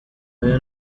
oya